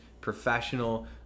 professional